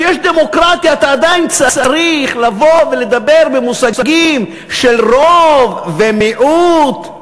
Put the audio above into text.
כשיש דמוקרטיה אתה עדיין צריך לבוא ולדבר במושגים של רוב ומיעוט.